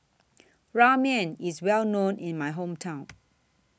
Ramen IS Well known in My Hometown